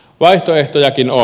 vaihtoehtojakin on